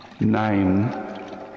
Nine